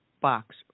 box